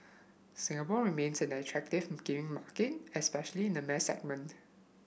Singapore remains an attractive gaming market especially in the mass segment